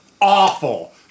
awful